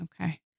Okay